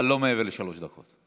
אבל לא מעבר לשלוש דקות.